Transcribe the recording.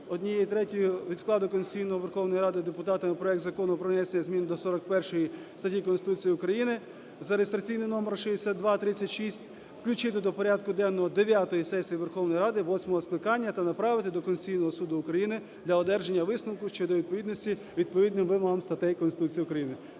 однією третьою від складу конституційного Верховної Ради депутатами проект Закону про внесення змін до 41 статті Конституції України за реєстраційним номером 6236 включити до порядку денного дев'ятої сесії Верховної Ради восьмого скликання та направити до Конституційного Суду України для одержання висновку щодо відповідності відповідним вимогам статей Конституції України.